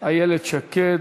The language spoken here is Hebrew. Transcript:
איילת שקד.